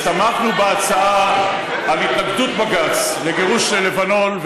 הסתמכנו בהצעה על התנגדות בג"ץ לגירוש ללבנון,